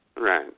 Right